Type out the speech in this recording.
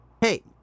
hey